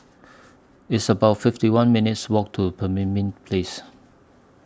It's about fifty one minutes' Walk to Pemimpin Place